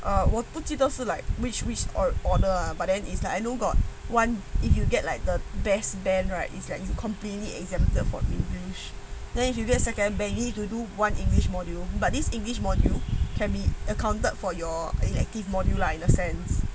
err 我不记得是 like which which order order ah but then is like I know got one if you get like the best band right is like you completely exempted for english then if you get second band you need to do one english module but these english module can be accounted for your elective module lah in a sense